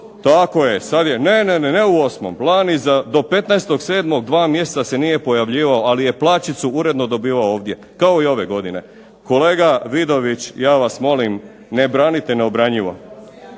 je. Ne, ne u osmom. Lani do 15.7. dva mjeseca se nije pojavljivao, ali je plaćicu uredno dobivao ovdje kao i ove godine. Kolega Vidović, ja vas molim ne branite neobranjivo,